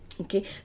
Okay